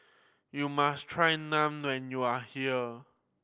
you must try Naan when you are here